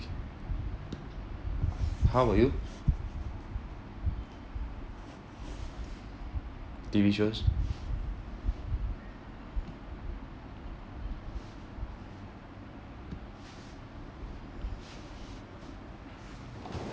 how about you did we just